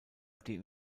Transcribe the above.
den